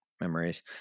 Memories